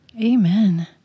Amen